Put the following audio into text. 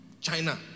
China